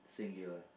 singular